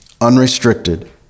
unrestricted